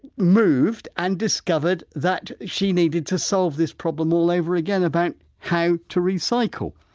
moved and discovered that she needed to solve this problem all over again about how to recycle.